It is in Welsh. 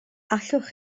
allwch